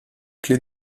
clé